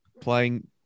playing